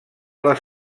les